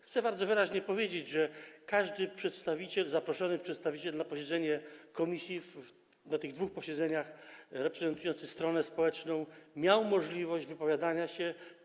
Chcę bardzo wyraźnie powiedzieć, że każdy przedstawiciel zaproszony na posiedzenie komisji, na tych dwóch posiedzeniach reprezentujący stronę społeczną, miał możliwość wypowiadania się.